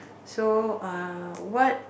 so err what